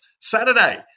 Saturday